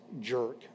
jerk